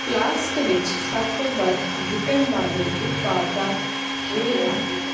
flask ਵਿੱਚ ਸਭ ਤੋਂ ਵੱਧ ਬਿਕਣ ਵਾਲੇ ਉਤਪਾਦਾਂ ਕਿਹੜੇ ਹਨ